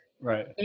Right